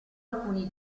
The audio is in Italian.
alcuni